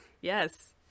Yes